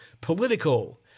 Political